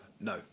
No